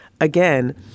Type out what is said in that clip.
again